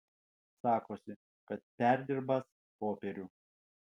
sakosi kad perdirbąs popierių